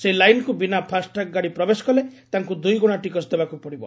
ସେହି ଲାଇନ୍କୁ ବିନା ଫାସ୍ଟ୍ୟାଗ୍ ଗାଡ଼ି ପ୍ରବେଶ କଲେ ତାଙ୍ଙୁ ଦୁଇଗୁଶା ଟିକସ ଦେବାକୁ ପଡିବ